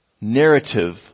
narrative